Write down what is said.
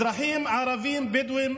אזרחים ערבים בדואים,